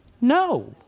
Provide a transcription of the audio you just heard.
No